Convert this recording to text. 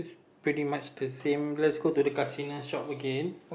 pretty much the same let's go to the Casino shop again